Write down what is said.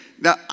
Now